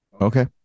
Okay